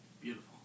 Beautiful